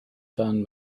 fan